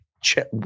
check